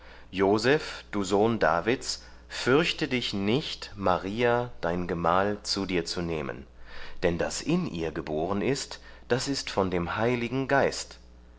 joseph du sohn davids fürchte dich nicht maria dein gemahl zu dir zu nehmen denn das in ihr geboren ist das ist von dem heiligen geist